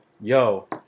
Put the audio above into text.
yo